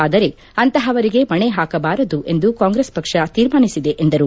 ಆದರೆ ಅಂತಪವರಿಗೆ ಮಣೆ ಹಾಕಬಾರದು ಎಂದು ಕಾಂಗ್ರೆಸ್ ಪಕ್ಷ ತೀರ್ಮಾನಿಸಿದೆ ಎಂದರು